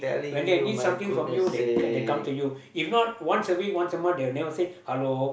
when they need something from you they they come to you if not once a week once a month they will never say hello